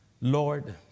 Lord